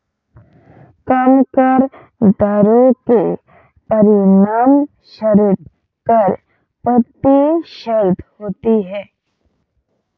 कम कर दरों के परिणामस्वरूप कर प्रतिस्पर्धा होती है